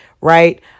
right